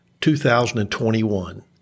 2021